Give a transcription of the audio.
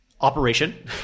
operation